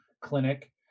clinic